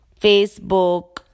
Facebook